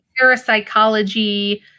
parapsychology